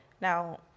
now